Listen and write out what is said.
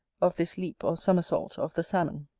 of this leap or summersault of the salmon.